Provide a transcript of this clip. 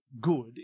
good